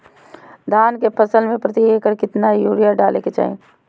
धान के फसल में प्रति एकड़ कितना यूरिया डाले के चाहि?